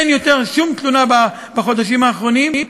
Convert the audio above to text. אין יותר שום תלונה בחודשים האחרונים,